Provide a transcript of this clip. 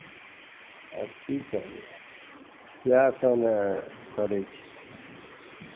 आब की कहबै इएहसभ ने करै छी